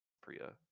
Priya